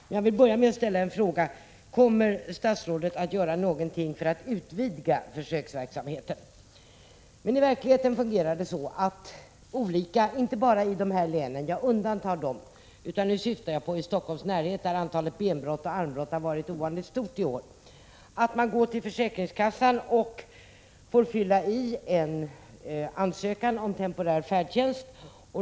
Om jag undantar försökslänen och i stället syftar på området närmast Stockholm, där antalet benbrott och armbrott varit ovanligt stort i år, så fungerar det i verkligheten så att man går till försäkringskassan och får fylla i ansökan om temporär färdtjänst.